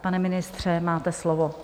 Pane ministře, máte slovo.